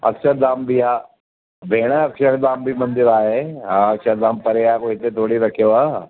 अक्षरधाम बि आहे भेण अक्षरधाम बि मंदिर आहे हा अक्षरधाम परे आहे कोई हिते थोरी रखियो आहे